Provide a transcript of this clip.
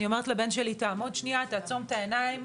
אני אומרת לבן שלי תעמוד שניה ותעצום עיניים,